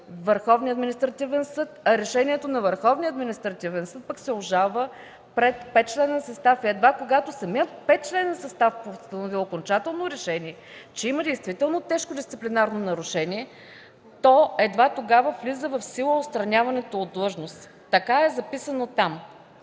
Върховния административен съд. Решението на Върховния административен съд пък може да се обжалва пред 5 членен състав. И когато самият 5-членен състав постанови окончателно решение, че има действително тежко дисциплинарно нарушение, едва тогава влиза в сила отстраняването от длъжност. Така е записано там.